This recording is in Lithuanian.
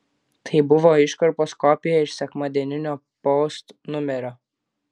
tai buvo iškarpos kopija iš sekmadieninio post numerio